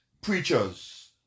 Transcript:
preachers